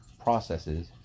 processes